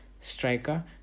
striker